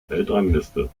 weltrangliste